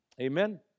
Amen